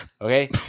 Okay